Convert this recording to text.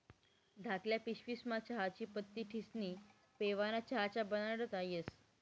धाकल्ल्या पिशवीस्मा चहानी पत्ती ठिस्नी पेवाना च्या बनाडता येस